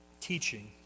teaching